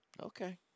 Okay